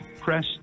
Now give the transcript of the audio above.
press